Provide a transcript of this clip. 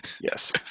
Yes